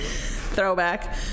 throwback